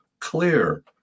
Clear